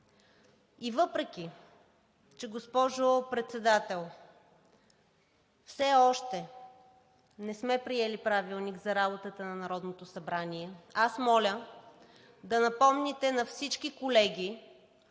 И въпреки че, госпожо Председател, все още не сме приели правилник за работата на Народното събрание, аз моля да напомните на всички колеги,